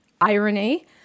irony